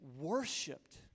worshipped